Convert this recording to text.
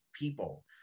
people